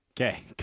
Okay